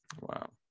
Wow